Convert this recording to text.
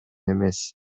эмес